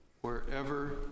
wherever